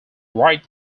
rite